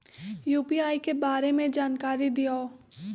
UPI के बारे में जानकारी दियौ?